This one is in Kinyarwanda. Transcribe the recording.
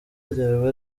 ryaba